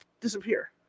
disappear